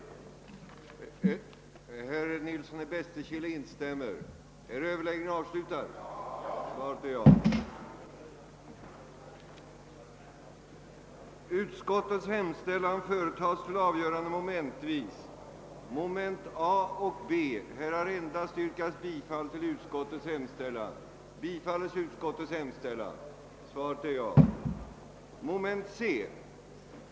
Som tiden nu var långt framskriden